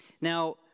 Now